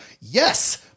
Yes